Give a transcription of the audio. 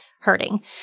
hurting